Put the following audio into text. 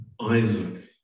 Isaac